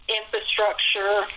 infrastructure